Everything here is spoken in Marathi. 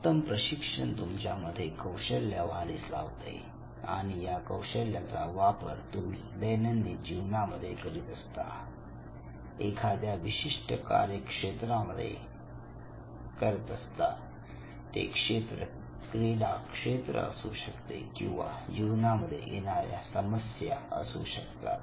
उत्तम प्रशिक्षण तुमच्या मधे कौशल्य वाढीस लावते आणि या कौशल्याचा वापर तुम्ही दैनंदिन जीवनामध्ये करत असतात एखाद्या विशिष्ट कार्यक्षेत्रामध्ये करत असता ते क्षेत्र क्रीडा क्षेत्र असू शकते किंवा जीवनामध्ये येणाऱ्या समस्या असू शकतात